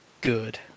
good